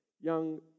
young